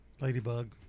Ladybug